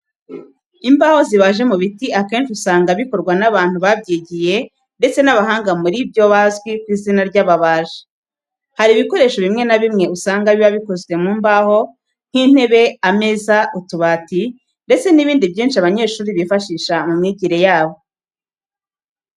Imbaho zibaje mu biti akenshi usanga bikorwa n'abantu babyigiye ndetse b'abahanga muri byo bazwi ku izina ry'ababaji. Hari ibikoresho bimwe na bimwe usanga biba bikozwe mu mbaho nk'intebe, ameza, utubati ndetse n'ibindi byinshi abanyeshuri bifashisha mu myigire yabo.